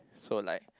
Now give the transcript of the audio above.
so like